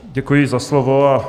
Děkuji za slovo.